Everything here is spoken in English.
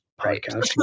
podcast